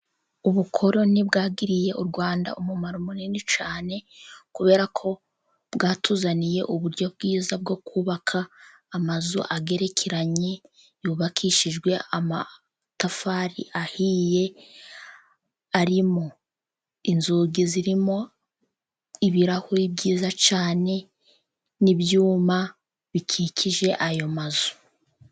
Ubukoroni bwagiriye u Rwanda umumaro munini cyane, kubera ko bwatuzaniye uburyo bwiza bwo kubaka amazu agerekeranye, yubakishijwe amatafari ahiye, arimo inzugi, zirimo ibirahuri byiza cyane, n'ibyuma bikikije ayo mazu.